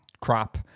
crap